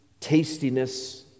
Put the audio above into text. tastiness